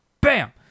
bam